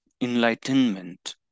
enlightenment